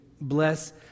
bless